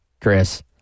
Chris